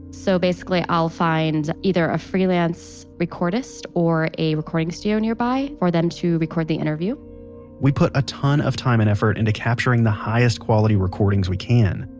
so basically i'll find either a freelance recordist or a recording studio nearby for them to record the interview we put a ton of time and effort into capturing the highest quality recordings we can.